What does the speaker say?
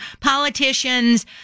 politicians